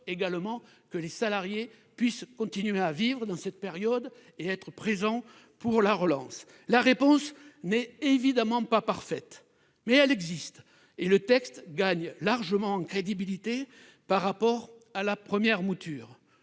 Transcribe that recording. sorte que les salariés puissent continuer à vivre et être présents pour la relance. La réponse n'est évidemment pas parfaite, mais elle existe, et le texte gagne en crédibilité par rapport à la première mouture.